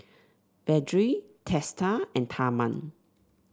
Vedre Teesta and Tharman